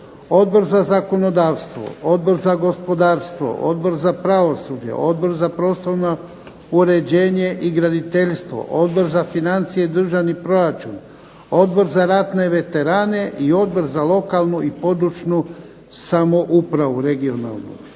Odbor za zakonodavstvo, Odbor za gospodarstvo, Odbor za pravosuđe, Odbor za prostorno uređenje i graditeljstvo, Odbor za financije i državni proračun, Odbor za ratne veterane i Odbor za lokalne i područne (regionalne)